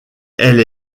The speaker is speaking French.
elle